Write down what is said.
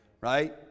right